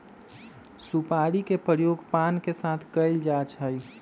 सुपारी के प्रयोग पान के साथ कइल जा हई